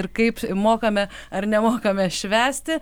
ir kaip mokame ar nemokame švęsti